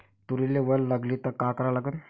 तुरीले वल लागली त का करा लागन?